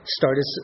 started